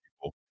people